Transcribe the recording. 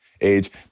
age